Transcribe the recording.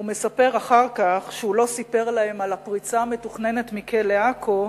הוא מספר אחר כך שהוא לא סיפר להם על הפריצה המתוכננת לכלא עכו,